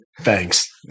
thanks